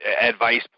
advice